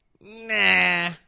Nah